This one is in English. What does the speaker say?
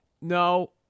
No